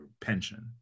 pension